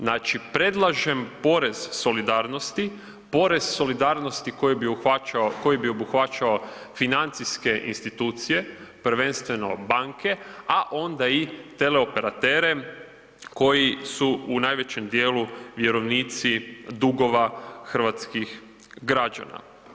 Znači predlažem porez solidarnosti, porez solidarnosti koji bi obuhvaćao financijske institucije, prvenstveno banke, a onda i teleoperatere koji su najvećem dijelu vjerovnici dugova hrvatskih građana.